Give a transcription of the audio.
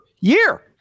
year